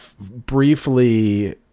briefly